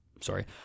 sorry